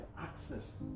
access